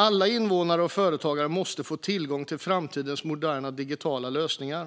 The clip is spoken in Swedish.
Alla invånare och företagare måste få tillgång till framtidens moderna digitala lösningar.